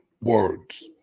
words